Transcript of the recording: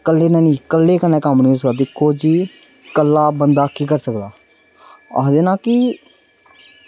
कल्लै निं कल्लै कन्नै कम्म निं होई सकदा दिक्खो जी कि कल्ला बंदा केह् करी सकदा आखदे न कि